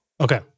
Okay